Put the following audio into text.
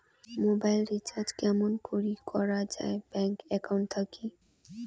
Mobile recharge কেমন করি করা যায় ব্যাংক একাউন্ট থাকি?